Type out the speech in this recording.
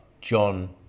John